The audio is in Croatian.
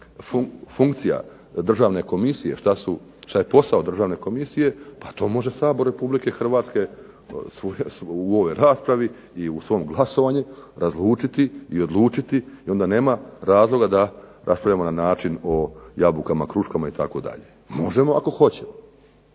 funkcija Državne komisije, što je posao Državne komisije pa to može Sabor RH u ovoj raspravi i u svom glasovanju razlučiti i odlučiti i onda nema razloga da raspravljamo na način o jabukama, kruškama itd. Možemo ako hoćemo,